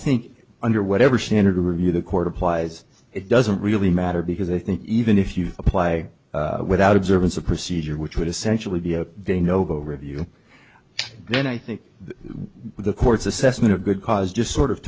think under whatever standard review the court applies it doesn't really matter because i think even if you apply without observance of procedure which would essentially be a very noble review then i think the court's assessment of good cause just sort of